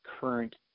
current